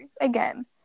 again